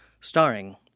starring